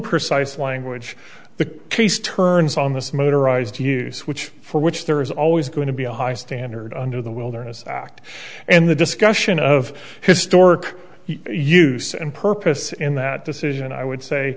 precise language the case turns on this motorized use which for which there is always going to be a high standard under the wilderness act and the discussion of historic use and purpose in that decision i would say